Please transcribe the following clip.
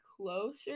closer